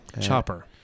Chopper